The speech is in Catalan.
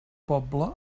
poble